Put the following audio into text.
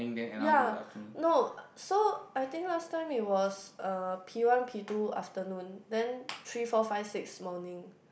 ya no so I think last time it was uh P one P two afternoon then three four five six morning